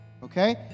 okay